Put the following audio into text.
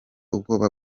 ubwoba